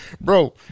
Bro